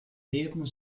leben